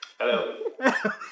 Hello